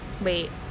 Wait